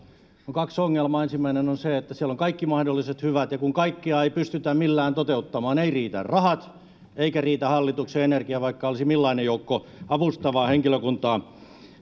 kaksi ongelmaa ensimmäinen on se että siellä on kaikki mahdolliset hyvät ja kaikkia ei pystytä millään toteuttamaan eivät riitä rahat eikä riitä hallituksen energia vaikka olisi millainen joukko avustavaa henkilökuntaa